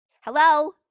hello